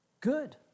Good